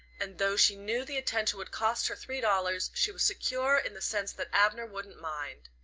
and though she knew the attention would cost her three dollars she was secure in the sense that abner wouldn't mind.